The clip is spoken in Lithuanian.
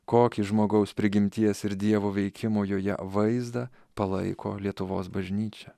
kokį žmogaus prigimties ir dievo veikimo joje vaizdą palaiko lietuvos bažnyčia